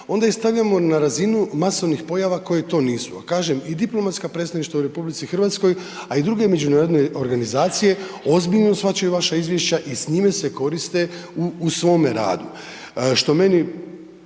onda ih stavljamo na razinu masovnih pojava koje to nisu. A kažem, i diplomatska predstavništva u RH, a i druge međunarodne organizacije ozbiljno shvaćaju vaša izvješća i s njime se koriste u svome radu,